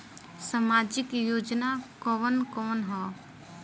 सामाजिक योजना कवन कवन ह?